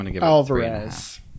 Alvarez